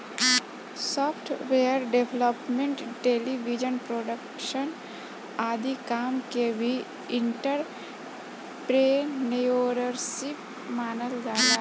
software development television production आदि काम के भी एंटरप्रेन्योरशिप मानल जाला